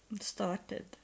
started